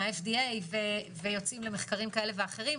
מה-FDA ויוצאים למחקרים כאלה ואחרים,